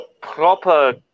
proper